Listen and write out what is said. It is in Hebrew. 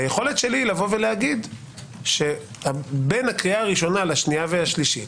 היכולת שלי היא לבוא ולהגיד שבין הקריאה לשנייה והשלישית